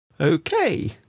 Okay